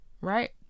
right